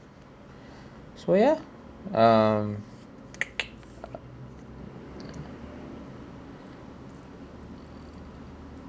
so ya um